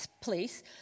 place